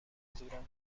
منظورم